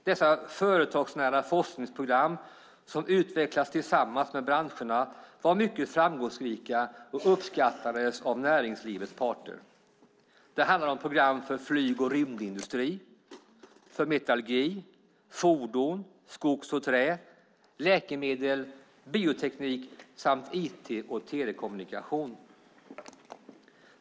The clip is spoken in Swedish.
Dessa företagsnära forskningsprogram, som utvecklats tillsammans med branscherna, var mycket framgångsrika och uppskattades av näringslivets parter. Det handlade om program för flyg och rymd, metallurgi, fordon, skog och trä, läkemedel, bioteknik och IT och telekommunikation.